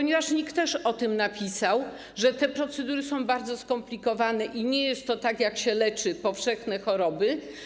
NIK też o tym napisał, że te procedury są bardzo skomplikowane, i nie jest to tak, jak się leczy powszechne choroby.